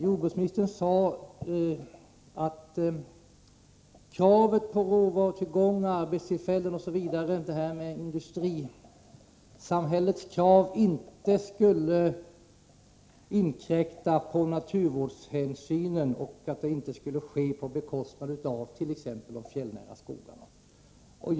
Jordbruksministern sade att industrisamhällets krav på råvarutillgångar och arbetstillfällen inte skulle få inkräkta på naturvårdshänsynen och inte fick tillgodoses på bekostnad av t.ex. de fjällnära skogarna.